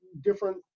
different